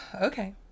Okay